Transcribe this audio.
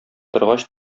торгач